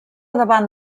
davant